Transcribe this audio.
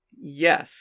Yes